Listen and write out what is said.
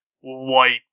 white